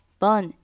bun（